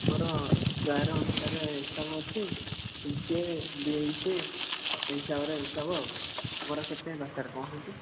ମୋର ସ୍କୋୟାର୍ ଅନୁସାରେ ହିସାବ ଅଛି ସେଇ ହିସାବରେ ହିସାବ ଆଉ ତୁମର କେତେ ଦରକାର କହୁନାହାନ୍ତି